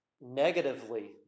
negatively